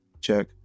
check